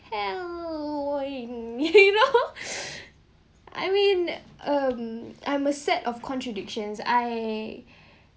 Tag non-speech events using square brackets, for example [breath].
hell no way [laughs] you know [breath] I mean um I'm a set of contradiction I